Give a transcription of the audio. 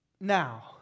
now